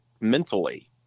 mentally